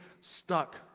stuck